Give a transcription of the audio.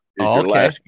Okay